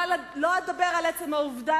אני לא אדבר על עצם העובדה